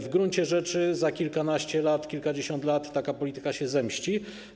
W gruncie rzeczy za kilkanaście, kilkadziesiąt lat taka polityka się zemści.